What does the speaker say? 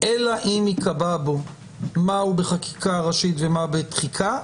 אלא אם ייקבע בו מה בחקיקה ראשית ומה בתחיקה,